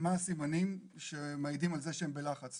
מה הסימנים שמעידים על זה שהם בלחץ.